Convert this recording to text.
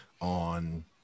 on